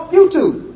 YouTube